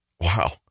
wow